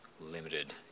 limited